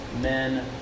men